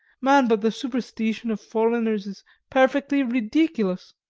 man! but the supersteetion of foreigners is pairfectly rideeculous!